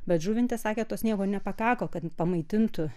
bet žuvinte sakė to sniego nepakako kad pamaitintų